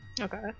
okay